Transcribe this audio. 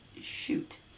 shoot